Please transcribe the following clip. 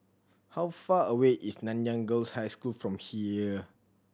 how far away is Nanyang Girls' High School from here